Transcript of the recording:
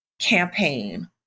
campaign